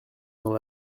dans